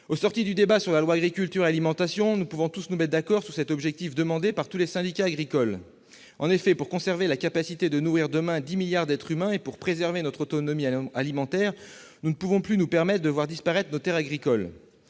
saine, durable et accessible à tous, nous pouvons nous mettre d'accord sur cet objectif demandé par tous les syndicats agricoles. En effet, pour conserver la capacité de nourrir, demain, dix milliards d'êtres humains et pour préserver notre autonomie alimentaire, nous ne pouvons plus nous permettre de voir disparaître nos terres agricoles.